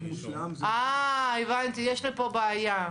מיצינו את הנושא, אני ממשיכה את ההקראה.